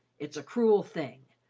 it's a cruel thing,